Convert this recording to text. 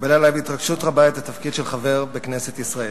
מקבל עלי בהתרגשות רבה את התפקיד של חבר בכנסת ישראל.